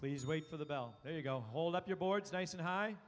please wait for the bell there you go hold up your boards nice and hi